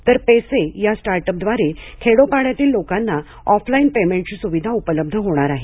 तर पेसे या स्टार्ट अप द्वारे खेडोपाड्यातील लोकांना ऑफलाइन पेमेंटची सुविधा उपलब्ध होणार आहे